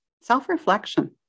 Self-reflection